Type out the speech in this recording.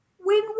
win